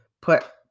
put